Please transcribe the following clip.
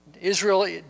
Israel